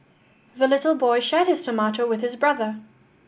the little boy shared his tomato with his brother